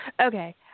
Okay